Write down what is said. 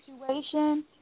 situation